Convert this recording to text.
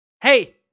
Hey